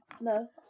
no